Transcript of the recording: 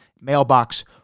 mailbox